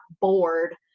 bored